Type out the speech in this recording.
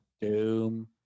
Doom